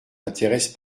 intéresse